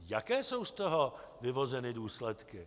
Jaké jsou z toho vyvozeny důsledky?